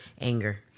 anger